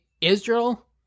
Israel